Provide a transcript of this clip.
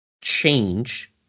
change